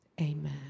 Amen